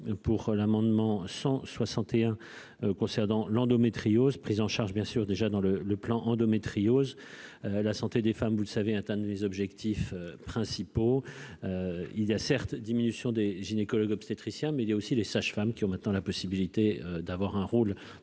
pour l'amendement 61 concernant l'endométriose prise en charge bien sûr déjà dans le le plan endométriose la santé des femmes, vous le savez, atteindre les objectifs principaux, il y a certes, diminution des gynécologue-obstétricien mais il y a aussi les sages-femmes qui ont maintenant la possibilité d'avoir un rôle